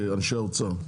אנשי האוצר.